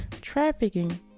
trafficking